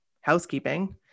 housekeeping